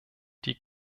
die